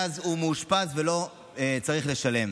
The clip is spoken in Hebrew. ואז הוא מאושפז ולא צריך לשלם.